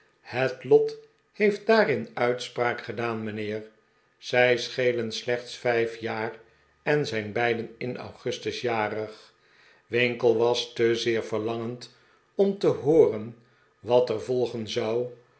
het lot heeft daarin uitspraak gedaan mijnheer zij schelen slechts vijf jaar en zijn beiden in augustus jarig winkle was te zeer verlangend om te hooren wat er vol gen zou